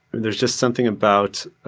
there's just something about